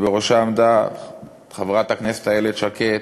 שבראשה עמדה חברת הכנסת איילת שקד